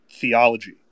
theology